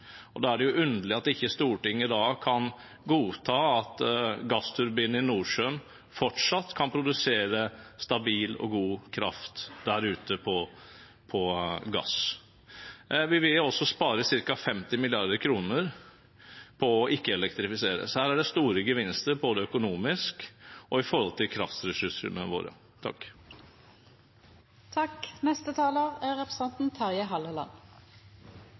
og da er det underlig at Stortinget ikke kan godta at gassturbiner i Nordsjøen fortsatt kan produsere stabil og god kraft på gass der ute. Vi vil også spare ca. 50 mrd. kr på å ikke elektrifisere. Her er det store gevinster, både økonomisk og i forhold til kraftressursene våre.